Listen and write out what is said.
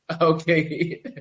Okay